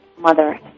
mother